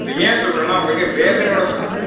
இதை ஏன் சொல்கிறேன்னா மிக வேதனையோடு சொல்கிறேன்